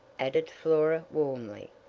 added flora, warmly.